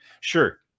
Sure